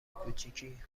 کوچیکی